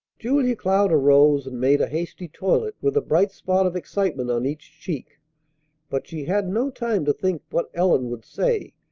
julia cloud arose and made a hasty toilet, with a bright spot of excitement on each cheek but she had no time to think what ellen would say,